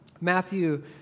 Matthew